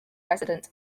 president